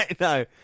no